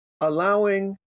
allowing